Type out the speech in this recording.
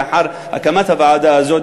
לאחר הקמת הוועדה הזאת.